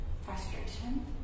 frustration